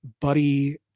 buddy